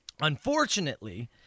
Unfortunately